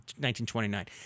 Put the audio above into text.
1929